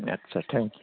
आच्चा thank U